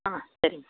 ஆ சரி